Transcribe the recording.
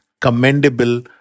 commendable